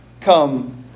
come